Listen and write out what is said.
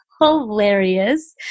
hilarious